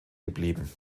geblieben